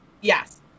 Yes